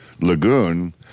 Lagoon